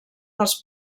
dels